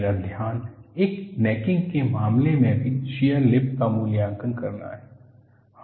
मेरा ध्यान एक नेकिंग के मामले में भी शियर लिप का मूल्यांकन करना है